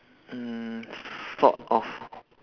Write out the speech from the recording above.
mm sort of